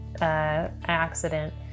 accident